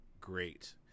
great